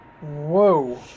whoa